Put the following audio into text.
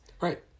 Right